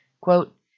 Quote